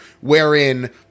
wherein